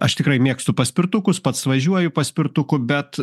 aš tikrai mėgstu paspirtukus pats važiuoju paspirtuku bet